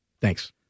Thanks